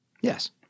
Yes